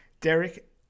Derek